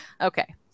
Okay